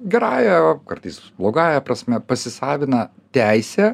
gerąja o kartais blogąja prasme pasisavina teisę